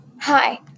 Hi